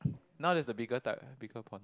now there's a bigger type right bigger pond